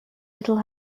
little